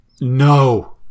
No